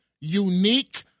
unique